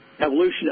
evolution